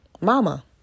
Mama